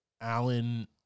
Alan